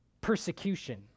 persecution